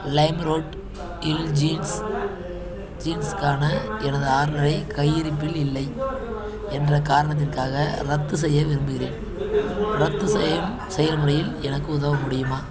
Limeroad இல் jeans ஜீன்ஸ்க்கான எனது ஆர்டரை கையிருப்பில் இல்லை என்ற காரணத்திற்காக ரத்து செய்ய விரும்புகிறேன் ரத்து செய்யும் செயல்முறையில் எனக்கு உதவ முடியுமா